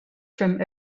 from